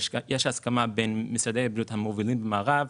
בין משרדי הבריאות המובילים במערב,